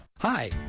Hi